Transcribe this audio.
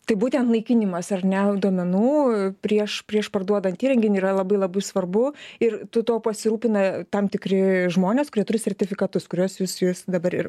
tai būtent naikinimas ir nelabai duomenų prieš prieš parduodant įrenginį yra labai labai svarbu ir tu tuo pasirūpina tam tikri žmonės kurie turi sertifikatus kuriuos jūs jūs dabar ir